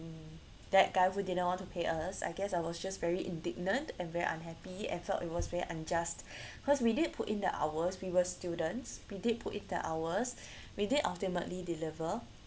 that guy who didn't want to pay us I guess I was just very indignant and very unhappy and felt it was very unjust cause we did put in the hours we were students we did put in the hours we did ultimately deliver